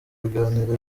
biganiro